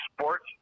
sports